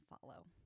follow